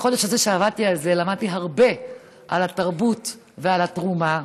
בחודש הזה שעבדתי על זה למדתי הרבה על התרבות ועל התרומה,